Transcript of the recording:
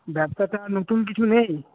ব্যবসাটা নতুন কিছু নেই